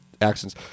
accents